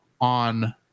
on